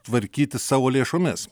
tvarkyti savo lėšomis